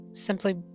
simply